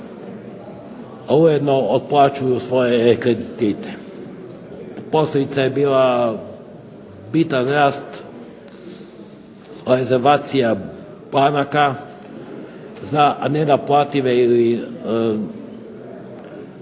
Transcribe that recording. ujedno otplaćuju svoje kredite. Posljedica je bitan rast rezervacija banaka za nenaplative ili